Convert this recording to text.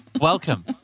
welcome